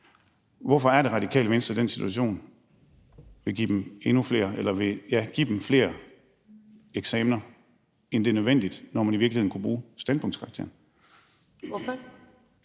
Hvorfor er det, Radikale Venstre i den situation vil give dem flere eksamener, end det er nødvendigt, når man i virkeligheden kunne bruge standpunktskarakteren? Kl.